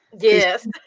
Yes